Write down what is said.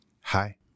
Hi